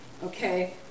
Okay